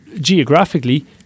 geographically